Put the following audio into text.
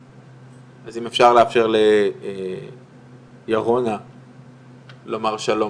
אז אם אפשר לאפשר לירונה לומר שלום.